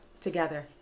together